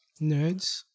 nerds